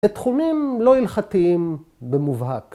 ‫בתחומים לא הלכתיים במובהק.